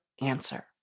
answer